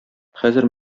хәзер